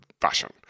fashion